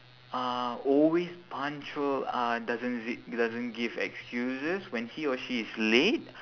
uh always punctual uh doesn't z~ doesn't give excuses when he or she is late